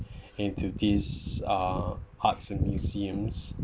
into these uh arts and museums